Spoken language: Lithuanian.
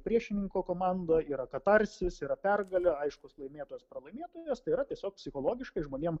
priešininko komanda yra katarsis yra pergalė aišku laimėtojas pralaimėtojas tai yra tiesiog psichologiškai žmonėm